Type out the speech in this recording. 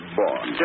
born